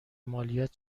مالیات